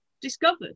discovered